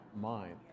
mind